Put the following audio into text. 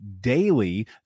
daily